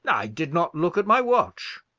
i did not look at my watch,